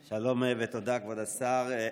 שלום, ותודה, כבוד השר.